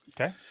Okay